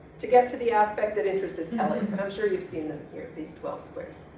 to get to the aspect that interested kelly. but i'm sure you've seen them here, at these twelve squares.